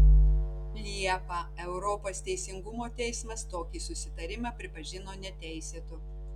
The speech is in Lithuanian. liepą europos teisingumo teismas tokį susitarimą pripažino neteisėtu